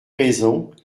raisons